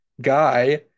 guy